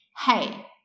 hey